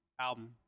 album